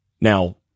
Now